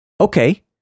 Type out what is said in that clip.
okay